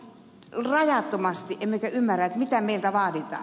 emmekö ymmärrä mitä meiltä vaaditaan